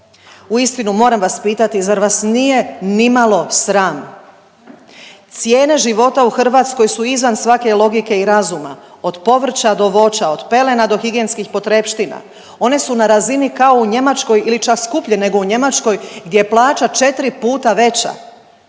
Uistinu moram vas pitati zar vas nije nimalo sram? Cijene života u Hrvatskoj su izvan svake logike i razuma, od povrća do voća, od pelena do higijenskih potrepština. One su na razini kao u Njemačkoj ili čak skuplje nego u Njemačkoj gdje je plaća 4 puta veća.